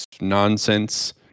nonsense